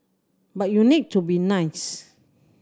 but you need to be nice